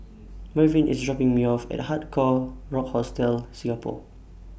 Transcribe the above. Mervyn IS dropping Me off At Hard Rock Hostel Singapore